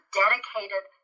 dedicated